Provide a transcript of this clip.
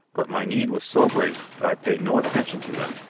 but my need was so great that i paid no attention to them,